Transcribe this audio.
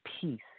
peace